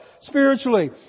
spiritually